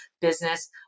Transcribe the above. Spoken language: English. business